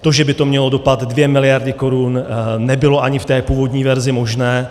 To, že by to mělo dopad 2 mld. korun, nebylo ani v původní verzi možné.